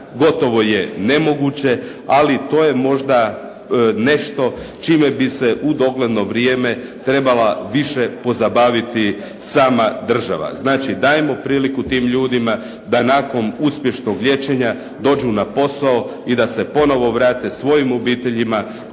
gotovo je nemoguće, ali to je možda nešto čime bi se u dogledno vrijeme trebala više pozabaviti sama država. Znači, dajmo priliku tim ljudima da nakon uspješnog liječenja dođu na posao i da se ponovo vrate svojim obiteljima